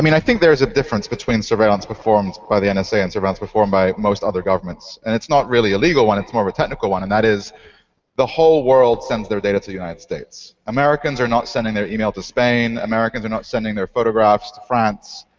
i mean i think there's a difference between surveillance performed by the and nsa and surveillance performed by most other governments. and it's not really illegal when it's more of a technical one and that is the whole world sends their data to united states. americans are not sending their e-mail to spain americans are not sending their photographs to france.